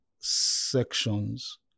sections